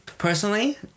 Personally